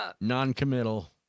non-committal